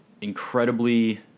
incredibly